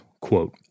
quote